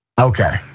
Okay